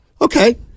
Okay